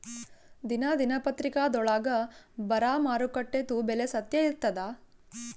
ದಿನಾ ದಿನಪತ್ರಿಕಾದೊಳಾಗ ಬರಾ ಮಾರುಕಟ್ಟೆದು ಬೆಲೆ ಸತ್ಯ ಇರ್ತಾದಾ?